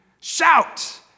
Shout